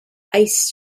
ice